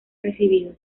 recibido